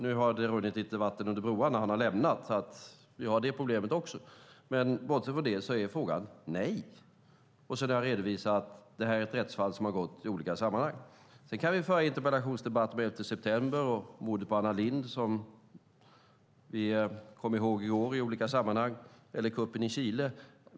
Nu har det runnit lite vatten under broarna och USA:s president har hunnit lämna landet, men bortsett från det är svaret: Nej. Jag har dessutom redovisat att detta rättsfall har tagits upp i olika sammanhang. Vi kan föra interpellationsdebatt om elfte september, mordet på Anna Lindh, som vi kom ihåg i går i olika sammanhang, eller kuppen i Chile.